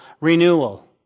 renewal